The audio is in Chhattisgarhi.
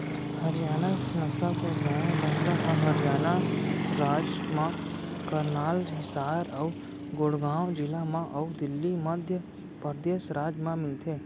हरियाना नसल के गाय, बइला ह हरियाना राज म करनाल, हिसार अउ गुड़गॉँव जिला म अउ दिल्ली, मध्य परदेस राज म मिलथे